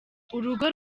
urugo